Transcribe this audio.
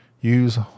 use